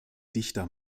dichter